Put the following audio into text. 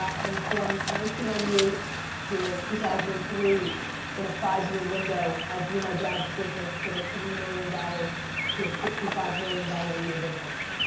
and ninety ninety eight two two thousand and three in a five-year window i grew my dad's business from a three million dollars to a sixty five million dollars a year business.